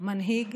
מנהיג